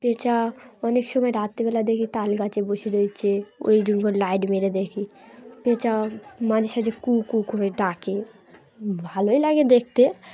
পেঁচা অনেক সময় রাত্রেবেলা দেখি তাল গাছে বসে রইছে ওই জন্য করে লাইট মেরে দেখি পেঁচা মাঝে সাঝে কু কু করে ডকে ভালোই লাগে দেখতে